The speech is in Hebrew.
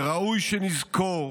וראוי שנזכור